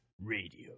Radio